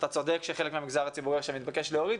אתה צודק שחלק מהמגזר הציבורי עכשיו מתבקש להוריד.